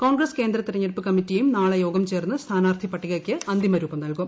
കോൺഗ്രസ് കേന്ദ്ര തെരഞ്ഞെടുപ്പ് ക്രമ്മിറ്റിയും നാളെ യോഗം ചേർന്ന് സ്ഥാനാർത്ഥി പട്ടികയ്ക്ക് അന്തിമ ്രൂപം നൽകും